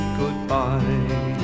goodbye